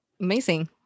Amazing